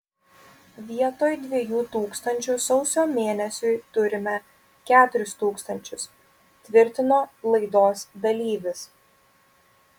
vietoj dviejų tūkstančių sausio mėnesiui turime keturis tūkstančius tvirtino laidos dalyvis